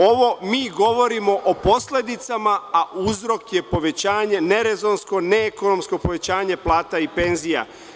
Ovo mi govorimo o posledicama, a uzrok je povećanje nerezonsko, neekonomsko povećanje plata i penzija.